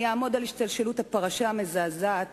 אני אעמוד על השתלשלות הפרשה המזעזעת